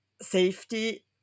safety